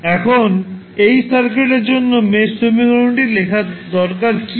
এখন এই সার্কিটের জন্য মেশ সমীকরণটি লেখার দরকার কী